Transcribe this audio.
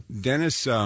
Dennis